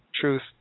Truth